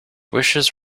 wishes